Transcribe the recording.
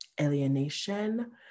alienation